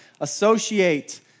associate